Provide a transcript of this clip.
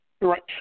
Right